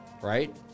right